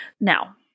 Now